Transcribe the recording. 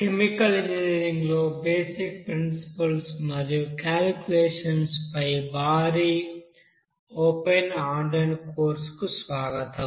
chemical ఇంజనీరింగ్లో basic principles మరియు calculations పై భారీ ఓపెన్ ఆన్లైన్ కోర్సుకు స్వాగతం